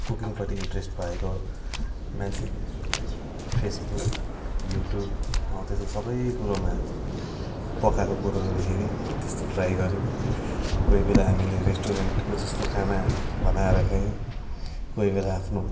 कुकिङपट्टि interest भएको मान्छे Facebook YouTube हौ त्यस्तो सबै कुरोमा पकाएको कुरोहरू हेऱ्यो हो त्यस्तो ट्राई गऱ्यो कोही बेला हामीले रेस्टुरेन्टको जस्तो खाना बनाएर खायौँ कोही बेला आफ्नो